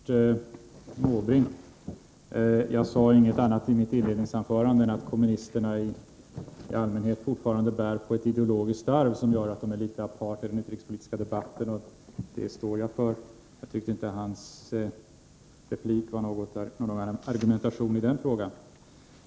Herr talman! Först några ord till Bertil Måbrink. Jag sade inget annat i mitt inledningsanförande än att kommunisterna fortfarande i allmänhet bär på ett ideologiskt arv som gör att de är litet aparta i den utrikespolitiska debatten — och det står jag för. Jag tyckte inte att Bertil Måbrinks replik var någon argumentation i den frågan.